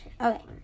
Okay